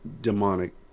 demonic